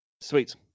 Sweet